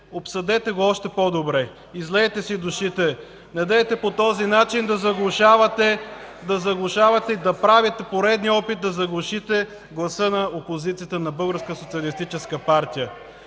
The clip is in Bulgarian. обсъдете го още по-добре, излейте си душите, недейте по този начин да заглушавате и да правите пореден опит да заглушите гласа на опозицията на